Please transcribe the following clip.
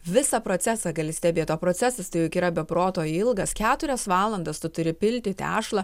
visą procesą gali stebėt o procesas tai juk yra be proto ilgas keturias valandas tu turi pilti tešlą